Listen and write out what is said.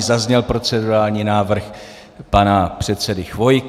Zazněl procedurální návrh pana předsedy Chvojky.